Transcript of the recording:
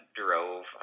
drove